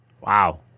Wow